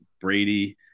Brady